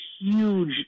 huge